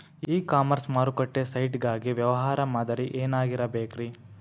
E commerce ಮಾರುಕಟ್ಟೆ site ಗಾಗಿ ವ್ಯವಹಾರ ಮಾದರಿ ಏನಾಗಿರಬೇಕ್ರಿ?